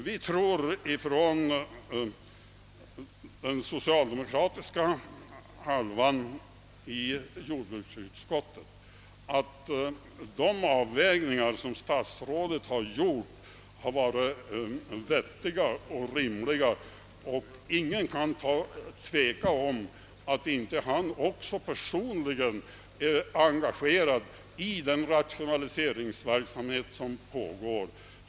Vi inom den socialdemokratiska halvan i jordbruksutskottet tror att de avvägningar som statsrådet har gjort har varit vettiga och rimliga. Ingen kan tveka om att inte också han personligen är engagerad i den rationaliseringsverksamhet som pågår.